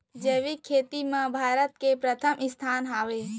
जैविक खेती मा भारत के परथम स्थान हवे